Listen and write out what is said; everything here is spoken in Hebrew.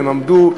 הם עמדו,